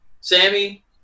Sammy